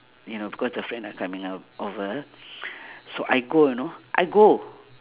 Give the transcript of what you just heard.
you know because the friend are coming ou~ over so I go you know I go